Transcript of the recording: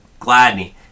Gladney